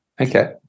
Okay